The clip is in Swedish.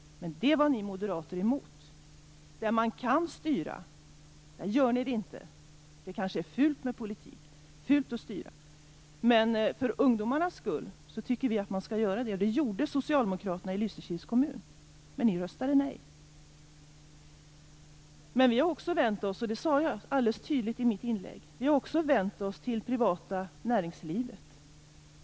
Detta var ni moderater emot. Där man kan styra gör ni det inte. Det är kanske fult med politik och fult att styra. Vi tycker för ungdomarnas skull att man skall göra det, och det gjorde socialdemokraterna i Lysekils kommun, men ni röstade nej. Men vi har också, som jag tydligt sade i mitt inlägg, vänt oss till det privata näringslivet.